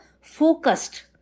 focused